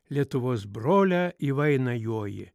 lietuvos brole į vainą joji